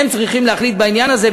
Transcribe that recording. הם צריכים להחליט בעניין הזה,